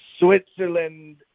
Switzerland